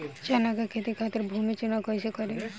चना के खेती खातिर भूमी चुनाव कईसे करी?